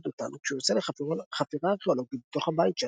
דותן כשהוא יוצא לחפירה ארכאולוגית בתוך הבית שלה.